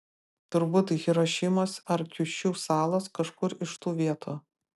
turbūt hirošimos ar kiušiu salos kažkur iš tų vietų